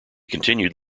continued